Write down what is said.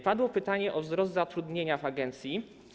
Padło pytanie o wzrost zatrudnienia w agencji.